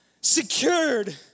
secured